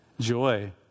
joy